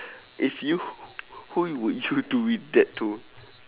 if you who would you do it that to